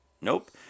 Nope